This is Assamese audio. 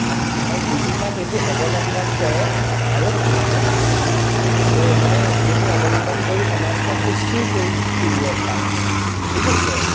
আৰু বুজি পাই সেইবোৰ অৱলম্বন কৰে আৰু মানুহে তেতি মানে এইবোৰ অৱলম্বন কৰি সমাজখন সুস্থিৰ কৰি তুলিব পাৰে ঠিক আছে